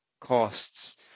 costs